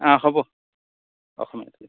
হ'ব